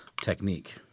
technique